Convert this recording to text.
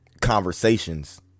conversations